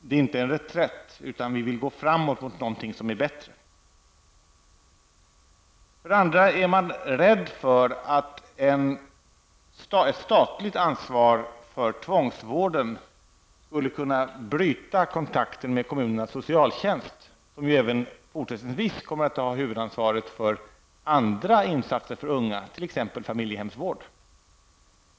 Det är inte en reträtt, utan vi vill gå framåt mot någonting som är bättre. För det andra är man rädd för att ett statligt ansvar för tvångsvården skulle kunna bryta kontakten med kommunernas socialtjänst, som ju även fortsättningsvis kommer att ha huvudansvaret för andra insatser för unga, t.ex. familjehemsvård.